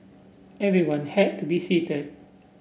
everyone had to be seated